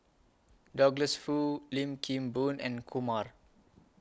Douglas Foo Lim Kim Boon and Kumar